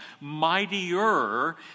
mightier